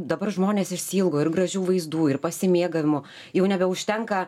dabar žmonės išsiilgo ir gražių vaizdų ir pasimėgavimo jau nebeužtenka